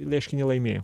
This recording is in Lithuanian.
ieškinį laimėjo